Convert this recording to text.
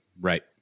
Right